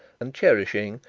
and cherishing,